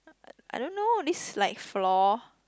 I don't know this is like floor